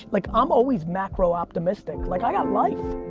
like i'm always macro-optimistic, like i got life.